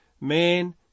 Man